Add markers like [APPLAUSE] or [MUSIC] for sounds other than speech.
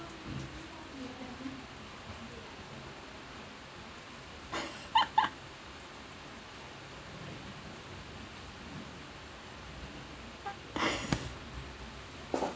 [LAUGHS]